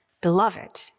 beloved